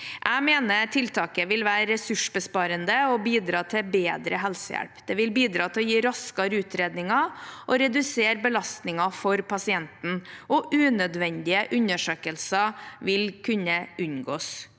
Jeg mener tiltaket vil være ressursbesparende og bidra til bedre helsehjelp. Det vil bidra til å gi raskere utredninger og redusere belastningen for pasienten, og unødvendige undersøkelser vil kunne unngås.